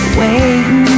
waiting